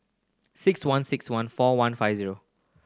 six one six one four one five zero